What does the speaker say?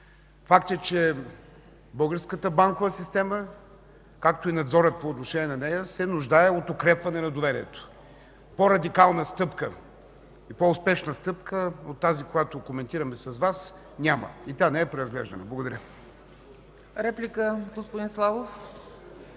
Факт е, че българската банкова система, както и надзорът по отношение на нея, се нуждае от укрепване на доверието. По-радикална и по-успешна стъпка от тази, която коментираме с Вас, няма и тя не е преразглеждана. Благодаря. ПРЕДСЕДАТЕЛ